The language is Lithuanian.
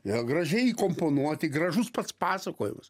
jie gražiai įkomponuoti gražus pats pasakojimas